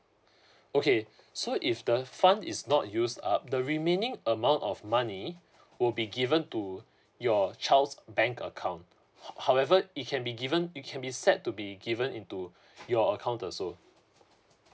okay so if the fund is not use up the remaining amount of money will be given to your child's bank account however it can be given it can be set to be given into your account also